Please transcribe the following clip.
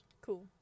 cool